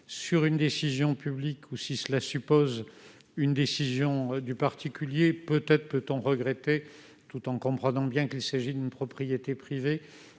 d'une décision publique ou si cela suppose une décision du particulier. Peut-être peut-on regretter, même si l'on comprend bien qu'il s'agit d'une propriété privée,